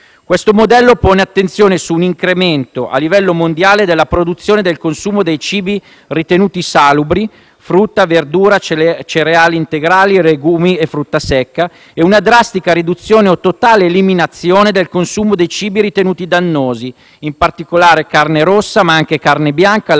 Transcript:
Questo modello pone attenzione su un incremento a livello mondiale della produzione e del consumo dei cibi ritenuti salubri (frutta, verdura, cereali integrali, legumi e frutta secca) e una drastica riduzione, o totale eliminazione, del consumo dei cibi ritenuti dannosi (in particolare di carne rossa, ma anche di carne bianca,